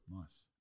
Nice